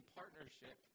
partnership